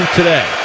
today